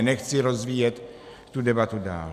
Nechci rozvíjet tu debatu dál.